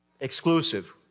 exclusive